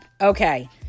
Okay